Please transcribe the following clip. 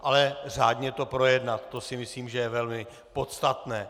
Ale řádně projednat, to si myslím, že je velmi podstatné.